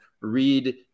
read